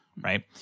right